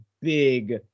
big